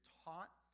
taught